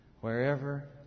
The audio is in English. wherever